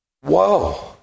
Whoa